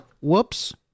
Whoops